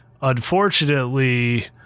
unfortunately